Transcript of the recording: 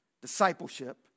discipleship